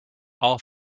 all